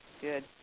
Good